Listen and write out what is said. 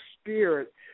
spirit